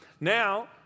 Now